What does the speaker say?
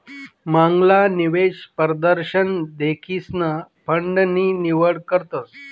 मांगला निवेश परदशन देखीसन फंड नी निवड करतस